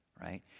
right